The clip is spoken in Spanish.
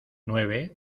nueve